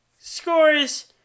scores